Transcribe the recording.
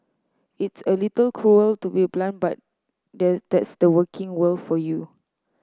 it's a little cruel to be blunt but that's the working world for you